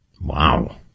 Wow